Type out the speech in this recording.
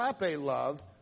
love